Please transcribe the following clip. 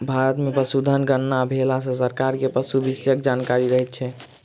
भारत मे पशुधन गणना भेला सॅ सरकार के पशु विषयक जानकारी रहैत छै